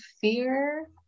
fear